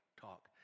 talk